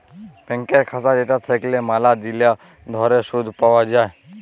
ব্যাংকের খাতা যেটা থাকল্যে ম্যালা দিল ধরে শুধ পাওয়া যায়